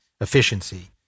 Efficiency